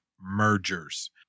mergers